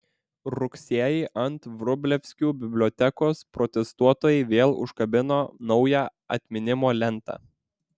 rugsėjį ant vrublevskių bibliotekos protestuotojai vėl užkabino naują atminimo lentą